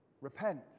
repent